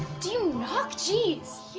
do you knock. jeez